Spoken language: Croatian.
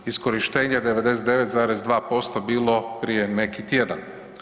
Iskorištenje 99,2% bilo prije neki tjedan.